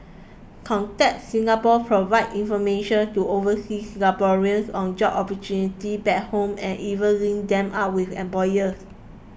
contact Singapore provides information to overseas Singaporeans on job opportunities back home and even links them up with employers